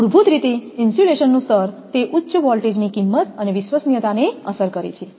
મૂળભૂત રીતે ઇન્સ્યુલેશનનું સ્તર તે ઉચ્ચ વોલ્ટેજની કિંમત અને વિશ્વસનીયતાને અસર કરે છે